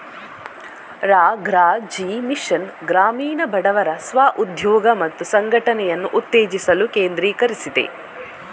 ರಾ.ಗ್ರಾ.ಜೀ mission ಗ್ರಾಮೀಣ ಬಡವರ ಸ್ವ ಉದ್ಯೋಗ ಮತ್ತು ಸಂಘಟನೆಯನ್ನು ಉತ್ತೇಜಿಸಲು ಕೇಂದ್ರೀಕರಿಸಿದೆ